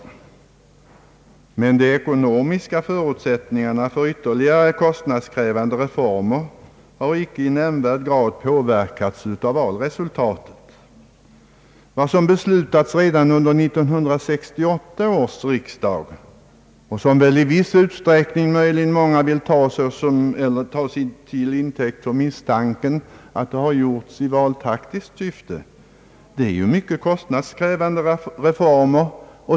Men de ekonomiska förutsättningarna för ytterligare kostnadskrävande reformer har icke i nämnvärd grad påverkats av valresultatet. Vad som beslutats redan under 1968 års riksdag och som väl många i viss utsträckning vill ta till intäkt för misstanken att det har gjorts i valtaktiskt syfte, är mycket kostnadskrävande reformer.